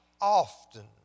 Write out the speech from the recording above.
often